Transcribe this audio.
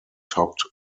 topped